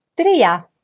Tria